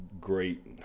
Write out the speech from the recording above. great